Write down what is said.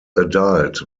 adult